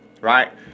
right